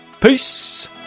Peace